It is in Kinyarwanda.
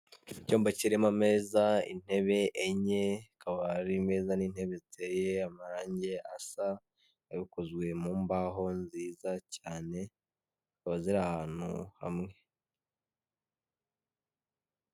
Icyumba kirimo ameza, intebe enye, akaba ari meza n'intebe ziteye amarange asa, bikaba bikozwe mu mbaho nziza cyane zikaba ziri ahantu hamwe.